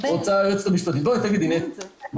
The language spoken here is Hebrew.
היועצת המשפטית של המשרד תציג זאת.